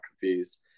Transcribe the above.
confused